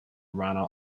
runner